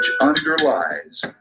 underlies